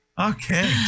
Okay